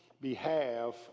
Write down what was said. behalf